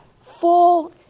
full